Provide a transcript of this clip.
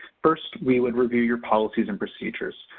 first, we would review your policies and procedures.